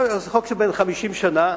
זה חוק בן 50 שנה,